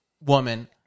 woman